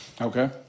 Okay